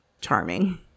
charming